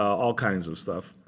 all kinds of stuff.